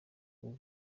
ubu